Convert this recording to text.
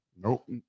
Nope